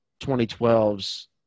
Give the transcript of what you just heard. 2012's